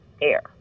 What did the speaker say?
air